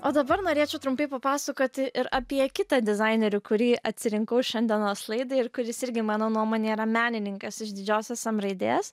o dabar norėčiau trumpai papasakoti ir apie kitą dizainerį kurį atsirinkau į šiandienos laidą ir kuris irgi mano nuomone yra menininkas iš didžiosios m raidės